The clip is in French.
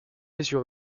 bloqués